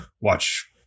watch